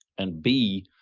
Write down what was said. and b,